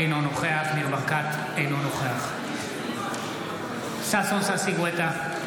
אינו נוכח ניר ברקת, אינו נוכח ששון ששי גואטה,